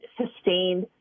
sustained